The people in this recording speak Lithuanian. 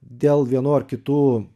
dėl vienų ar kitų